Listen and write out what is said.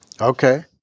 Okay